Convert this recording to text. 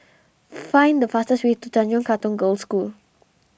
find the fastest way to Tanjong Katong Girls' School